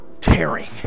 tearing